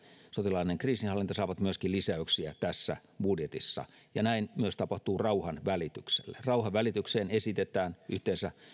sotilaallinen kriisinhallinta saavat myöskin lisäyksiä tässä budjetissa ja näin tapahtuu myös rauhanvälitykselle rauhanvälitykseen esitetään yhteensä